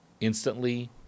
instantly